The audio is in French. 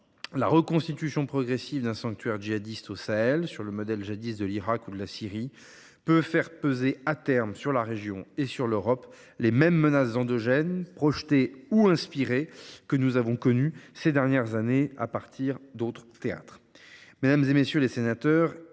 la reconstitution progressive d’un sanctuaire djihadiste au Sahel, sur le modèle jadis de l’Irak ou de la Syrie, peut faire peser à terme sur la région et sur l’Europe les mêmes menaces endogènes, projetées ou inspirées, que nous avons connues ces dernières années à partir d’autres théâtres.